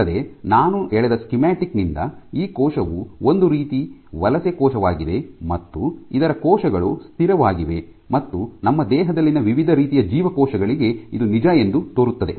ಅಲ್ಲದೆ ನಾನು ಎಳೆದ ಸ್ಕೀಮ್ಯಾಟಿಕ್ ನಿಂದ ಈ ಕೋಶವು ಒಂದು ರೀತಿಯ ವಲಸೆ ಕೋಶವಾಗಿದೆ ಮತ್ತು ಇತರ ಕೋಶಗಳು ಸ್ಥಿರವಾಗಿವೆ ಮತ್ತು ನಮ್ಮ ದೇಹದಲ್ಲಿನ ವಿವಿಧ ರೀತಿಯ ಜೀವಕೋಶಗಳಿಗೆ ಇದು ನಿಜ ಎಂದು ತೋರುತ್ತದೆ